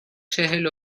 چهل